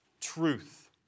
truth